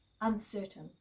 uncertain